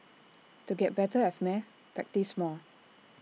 to get better at maths practise more